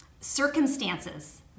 circumstances